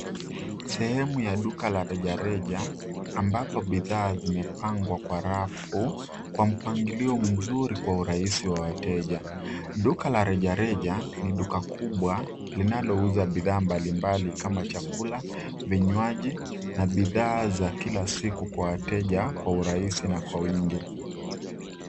Sehemu ya duka la reja reja ambapo bidhaa zimepangwa kwa rafu kwa mpangilio mzuri kwa urahisi wa wateja. Duka la reja reja ni duka kubwa linalouza bidhaa mbalimbali kama chakula, vinywaji na bidhaa za kila siku kwa wateja kwa urahisi na kwa wingi.